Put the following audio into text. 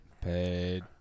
Paid